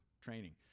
training